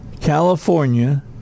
California